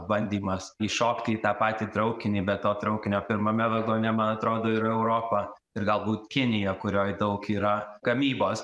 bandymas įšokti į tą patį traukinį bet to traukinio pirmame vagone man atrodo yra europa ir galbūt kinija kurioj daug yra gamybos